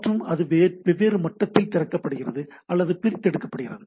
மற்றும் அது வெவ்வேறு மட்டத்தில் திறக்கப்படுகிறது அல்லது பிரித்தெடுக்கப்படுகிறது